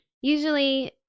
usually